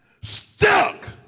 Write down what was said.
stuck